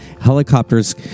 helicopters